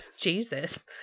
Jesus